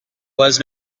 was